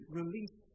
release